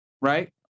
right